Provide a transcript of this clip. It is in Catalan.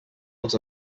els